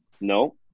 No